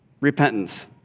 repentance